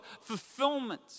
fulfillment